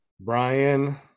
Brian